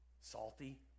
salty